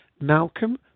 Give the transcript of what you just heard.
malcolm